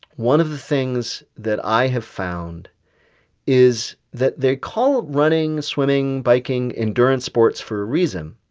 one of the things that i have found is that they call running, swimming, biking endurance sports for a reason